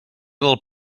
del